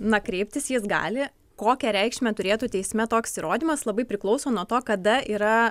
na kreiptis jis gali kokią reikšmę turėtų teisme toks įrodymas labai priklauso nuo to kada yra